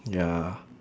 ya